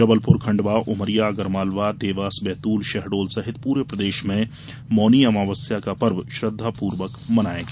जबलपुर खण्डवा उमरिया आगर मालवा देवास बैतूल शहडोल सहित पूरे प्रदेश में मौनी अमावस्या का पर्व श्रद्वापूर्वक मनाया गया